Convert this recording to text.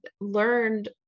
learned